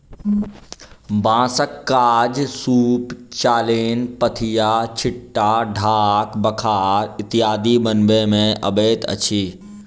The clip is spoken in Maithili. बाँसक काज सूप, चालैन, पथिया, छिट्टा, ढाक, बखार इत्यादि बनबय मे अबैत अछि